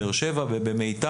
בבאר שבע ובמיתר.